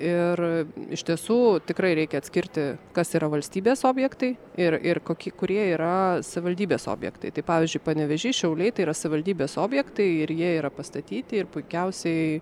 ir iš tiesų tikrai reikia atskirti kas yra valstybės objektai ir ir kokie kurie yra savivaldybės objektai tai pavyzdžiui panevėžys šiauliai tai yra savivaldybės objektai ir jie yra pastatyti ir puikiausiai